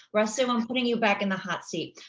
receive i'm putting you back in the hot seat.